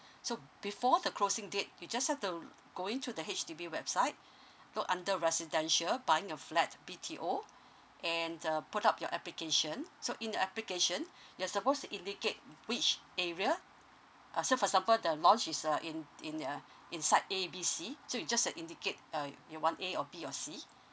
so before the closing date you just have to go in to the H_D_B website look under residential buying a flat B_T_O and uh put up your application so in the application you're supposed to indicate which area uh say for example the launch is uh in in uh in site A B C so you just uh indicate uh you want A or B or C